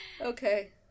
Okay